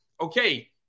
okay